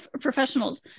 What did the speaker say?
professionals